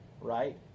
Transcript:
right